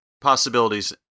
Possibilities